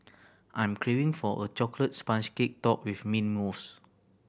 I am craving for a chocolate sponge cake topped with mint mousse